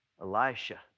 Elisha